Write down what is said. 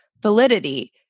validity